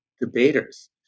debaters